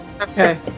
Okay